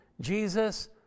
Jesus